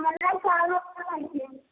मला चार वाजता पाहिजेन